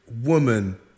woman